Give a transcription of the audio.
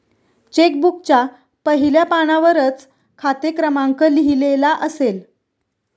check बुकच्या पहिल्या पानावरच खाते क्रमांक लिहिलेला असेल